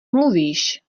mluvíš